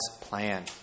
plan